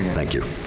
thank you,